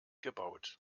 gebaut